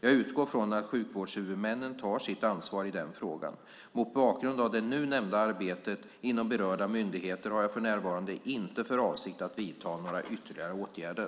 Jag utgår från att sjukvårdshuvudmännen tar sitt ansvar i den frågan. Mot bakgrund av det nu nämnda arbetet inom berörda myndigheter har jag för närvarande inte för avsikt att vidta några ytterligare åtgärder.